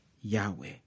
Yahweh